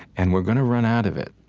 and we're going to run out of it.